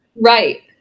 Right